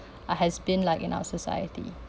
uh has been like in our society